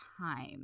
time